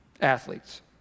Athletes